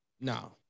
no